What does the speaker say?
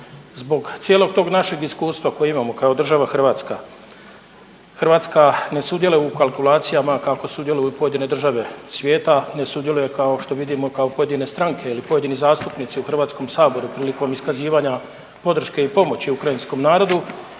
Zbog cijelog tog našeg iskustva koje imamo kao država Hrvatska, Hrvatska ne sudjeluje u kalkulacijama kako sudjeluju pojedine države svijeta, ne sudjeluje, kao što vidimo, kao pojedine stranke ili pojedini zastupnici u HS-u prilikom iskazivanja podrške i pomoći ukrajinskom narodu